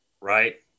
Right